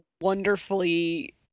wonderfully